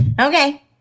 Okay